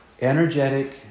energetic